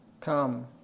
Come